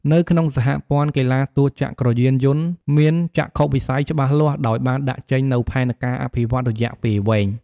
នៅក្នុងសហព័ន្ធកីឡាទោចក្រយានកម្ពុជាមានចក្ខុវិស័យច្បាស់លាស់ ដោយបានដាក់ចេញនូវផែនការអភិវឌ្ឍន៍រយៈពេលវែង។